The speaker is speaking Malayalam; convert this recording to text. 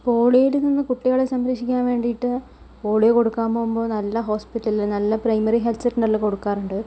പോളിയോയിൽ നിന്ന് കുട്ടികളെ സംരക്ഷിക്കാൻ വേണ്ടിയിട്ട് പോളിയോ കൊടുക്കാൻ പോകുമ്പോൾ നല്ല ഹോസ്പിറ്റലിൽ നല്ല പ്രൈമറി ഹെൽത്ത് സെൻ്ററിൽ കൊടുക്കാറുണ്ട്